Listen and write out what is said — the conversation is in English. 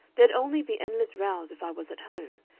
there'd only be endless rows if i was at home.